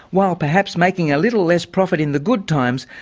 while perhaps making a little less profit in the good times,